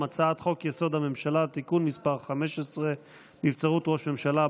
הצעת חוק-יסוד: הממשלה (תיקון מס' 15) (נבצרות ראש הממשלה),